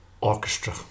orchestra